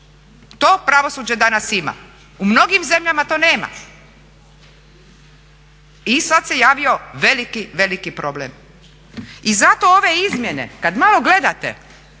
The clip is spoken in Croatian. To pravosuđe danas ima, u mnogim zemljama to nema. I sad se javio veliki, veliki problem. I zato ove izmjene kad malo gledate,